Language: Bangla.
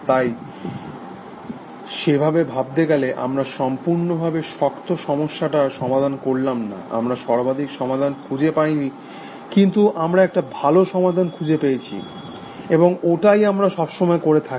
তাই সেভাবে ভাবতে গেলে আমরা সম্পূর্ণভাবে শক্ত সমস্যাটার সমাধান করলাম না আমরা সর্বাধিক সমাধান খুঁজে পাই নি কিন্তু আমরা একটা ভালো সমাধান খুঁজে পেয়েছি এবং ওটাই আমরা সবসময় করে থাকি